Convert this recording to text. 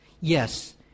Yes